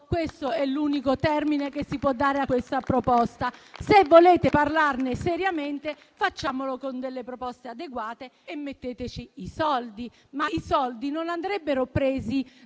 questo è l'unico termine che si può dare a questa proposta. Se volete parlarne seriamente, facciamolo con delle proposte adeguate e metteteci i soldi, che però non andrebbero presi